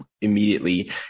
immediately